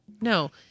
No